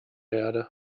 erde